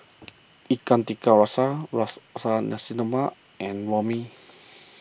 Ikan Tiga Rasa Nasi Lemak and Orh Mee